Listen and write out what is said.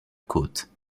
côte